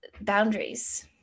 boundaries